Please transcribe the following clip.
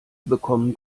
bekommen